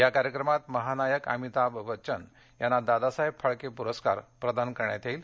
या कार्यक्रमात महानायक अमिताभ बच्चन यांना दादासाहेब फाळके पुरस्कार प्रदान करण्यात येणार आहे